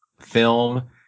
film